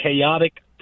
chaotic